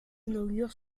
inaugure